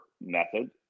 method